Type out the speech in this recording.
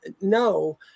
no